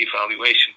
evaluation